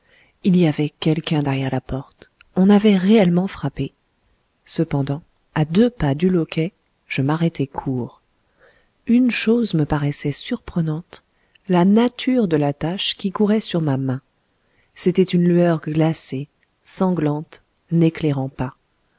il y avait quelqu'un derrière la porte on avait réellement frappé cependant à deux pas du loquet je m'arrêtai court une chose me paraissait surprenante la nature de la tache qui courait sur ma main c'était une lueur glacée sanglante n'éclairant pas